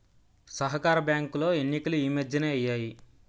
సహకార బ్యాంకులో ఎన్నికలు ఈ మధ్యనే అయ్యాయి